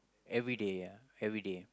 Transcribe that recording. everyday ya everyday